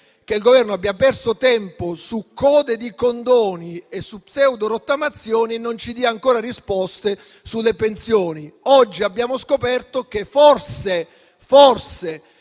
che il Governo abbia perso tempo su code di condoni e su pseudo rottamazioni e che non ci dia ancora risposte sulle pensioni. Oggi abbiamo scoperto che forse